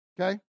okay